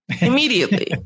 immediately